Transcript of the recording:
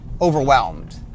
overwhelmed